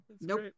Nope